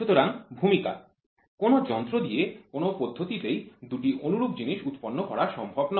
সুতরাং ভূমিকা কোন যন্ত্র দিয়ে কোন পদ্ধতিতেই দুটি অনুরূপ জিনিস উৎপন্ন করা সম্ভব নয়